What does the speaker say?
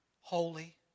Holy